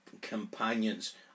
companions